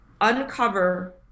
uncover